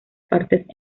partes